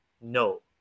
no